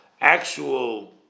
actual